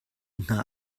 hna